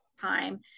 time